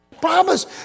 promise